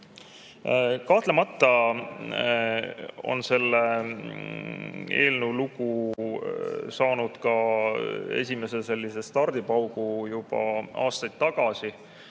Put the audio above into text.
Kahtlemata on selle eelnõu lugu saanud esimese stardipaugu juba aastaid tagasi,